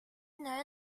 know